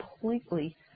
completely